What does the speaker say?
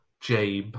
jabe